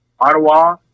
Ottawa